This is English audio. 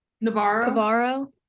Navarro